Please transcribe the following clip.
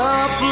up